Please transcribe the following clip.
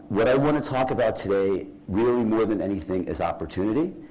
what i want to talk about today, really more than anything, is opportunity.